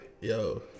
yo